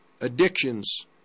Addictions